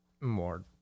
more